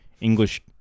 English